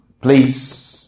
Please